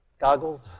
goggles